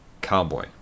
Cowboy